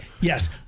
yes